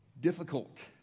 difficult